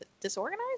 Disorganized